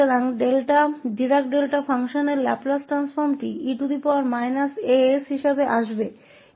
तो Dirac delta function का Laplace transform e as के रूप में आएगा